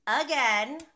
again